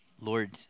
Lord